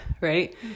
right